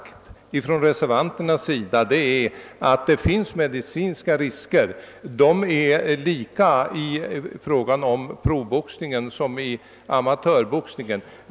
Vi reservanter har sagt att det finns medicinska risker och att de är lika vid professionell boxning och vid amatörboxning.